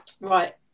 Right